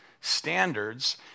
standards